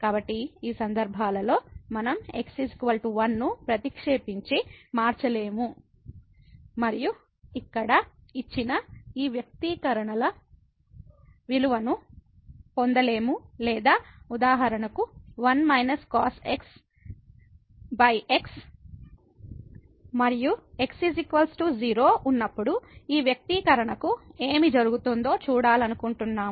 కాబట్టి ఈ సందర్భాలలో మనం x 1 ను ప్రతిక్షేపించి మార్చలేము మరియు ఇక్కడ ఇచ్చిన ఈ వ్యక్తీకరణల విలువను పొందలేము లేదా ఉదాహరణకు 1− cos xx మరియు x 0 ఉన్నప్పుడు ఈ వ్యక్తీకరణకు ఏమి జరుగుతుందో చూడాలనుకుంటున్నాము